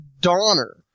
Donner